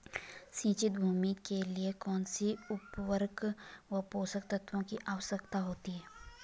सिंचित भूमि के लिए कौन सी उर्वरक व पोषक तत्वों की आवश्यकता होती है?